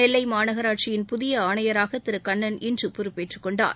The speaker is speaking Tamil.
நெல்லை மாநகராட்சியின் புதிய ஆணையராக திரு கண்ணன் இன்று பொறுப்பேற்றுக்கொண்டார்